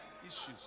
Issues